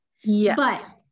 Yes